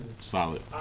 solid